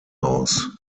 aus